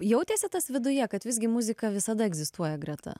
jautėsi tas viduje kad visgi muzika visada egzistuoja greta